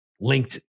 linked